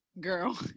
girl